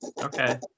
Okay